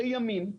לימים,